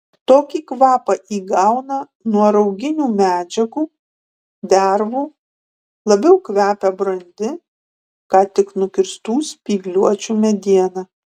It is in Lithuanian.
tokį kvapą įgauna nuo rauginių medžiagų dervų labiau kvepia brandi ką tik nukirstų spygliuočių mediena